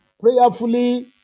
prayerfully